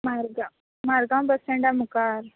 Margao Margao bus स्टेंडा मुकार